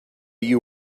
you